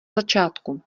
začátku